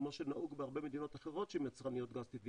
כמו שנהוג בהרבה מדינות אחרות שהן יצרניות גז טבעי,